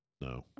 No